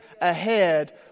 ahead